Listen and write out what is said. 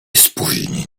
spóźni